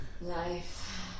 Life